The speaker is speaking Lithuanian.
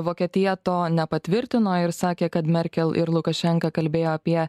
vokietija to nepatvirtino ir sakė kad merkel ir lukašenka kalbėjo apie